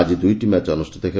ଆକି ଦୁଇଟି ମ୍ୟାଚ୍ ଅନୁଷ୍ଠିତ ହେବ